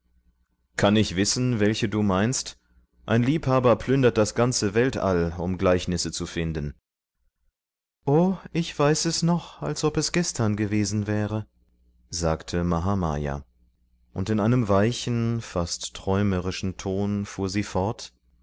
kann ich wissen welche du meinst ein liebhaber plündert das ganze weltall um gleichnisse zu finden o ich weiß es noch als ob es gestern gewesen wäre sagte mahamaya und in einem weichen fast träumerischen ton fuhr sie fort